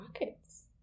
rockets